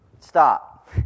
Stop